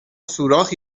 سوراخ